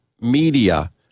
media